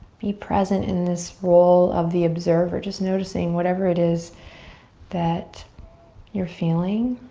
be present in this role of the observer just noticing whatever it is that you're feeling.